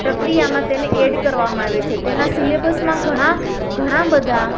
પ્રક્રિયામાં તેને એડ કરવામાં આવે છે તેના સિલેબસમાં ઘણાં ઘણાં બધાં